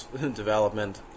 development